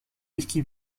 whisky